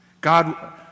God